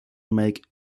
make